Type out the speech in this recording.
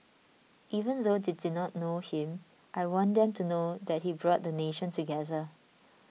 even though they did not know him I want them to know that he brought the nation together